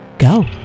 go